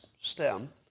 STEM